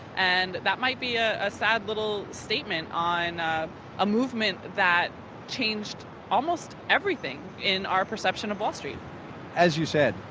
and that might be ah a sad little statement on a movement that changed almost everything in our perception of wall street as you said,